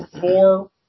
four